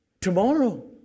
Tomorrow